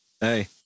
Hey